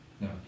No